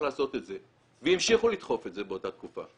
לעשות את זה והמשיכו לדחוף את זה באותה תקופה.